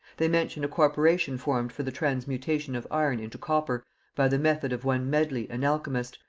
they mention a corporation formed for the transmutation of iron into copper by the method of one medley an alchemist,